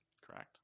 Correct